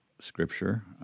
Scripture